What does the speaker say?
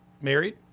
married